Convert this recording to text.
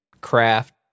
craft